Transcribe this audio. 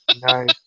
Nice